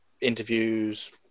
interviews